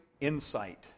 insight